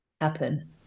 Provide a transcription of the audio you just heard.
happen